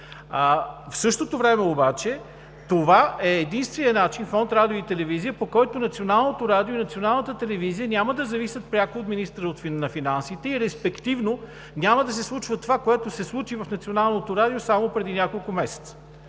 В същото време обаче това е единственият начин – Фонд „Радио и телевизия“, по който Националното радио и Националната телевизия няма да зависят пряко от министъра на финансите и респективно няма да се случва това, което се случи в Националното радио само преди няколко месеца.